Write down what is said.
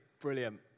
Brilliant